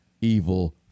Evil